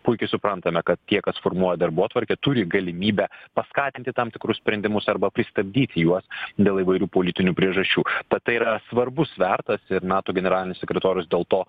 puikiai suprantame kad tie kas formuoja darbotvarkę turi galimybę paskatinti tam tikrus sprendimus arba pristabdyti juos dėl įvairių politinių priežasčių tad tai yra svarbus svertas ir nato generalinis sekretorius dėl to